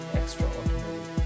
extraordinary